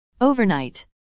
Overnight